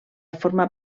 formar